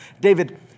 David